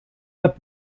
pas